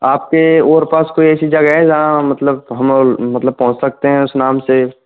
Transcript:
आपके और पास कोई ऐसी जगह है जहाँ मतलब हम लोग मतलब पहुँच सकते हैं उस नाम से